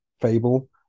Fable